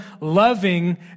loving